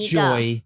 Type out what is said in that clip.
joy